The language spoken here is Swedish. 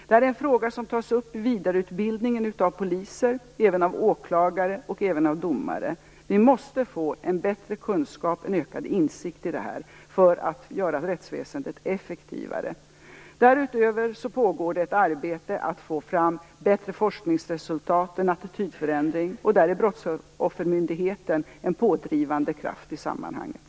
Detta är en fråga som tas upp i vidareutbildningen av poliser och även åklagare och domare. Vi måste få en bättre kunskap och en ökad insikt för att göra rättsväsendet effektivare. Därutöver pågår det ett arbete med att få fram bättre forskningsresultat och en attitydförändring, och där är Brottsoffermyndigheten en pådrivande kraft i sammanhanget.